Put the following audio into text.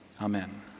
Amen